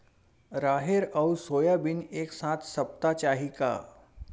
राहेर अउ सोयाबीन एक साथ सप्ता चाही का?